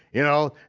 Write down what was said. you know,